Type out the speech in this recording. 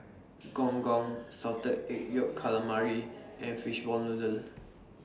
Gong Gong Salted Egg Yolk Calamari and Fishball Noodle